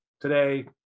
today